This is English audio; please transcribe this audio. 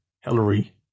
Hillary